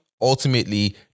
ultimately